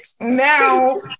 now